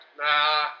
Nah